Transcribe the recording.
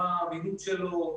מה האמינות שלו,